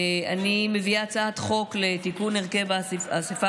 אני מביאה הצעת חוק לתיקון הרכב האספה